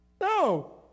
No